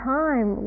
time